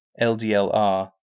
LDLR